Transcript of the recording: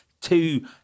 two